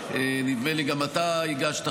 נדמה לי שגם אתה הגשת,